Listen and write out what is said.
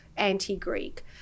anti-greek